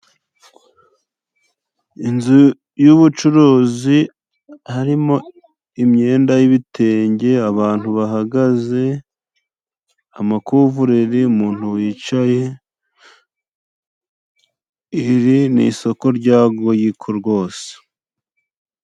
Inzu y'ubucuruzi harimo imyenda y'ibitenge, abantu bahagaze, amakuvureri umuntu wicaye iri ni isoko rya Goyiko rwose.